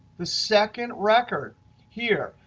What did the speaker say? the second record here.